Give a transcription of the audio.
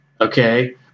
Okay